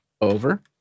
over